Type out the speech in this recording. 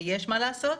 ויש מה לעשות,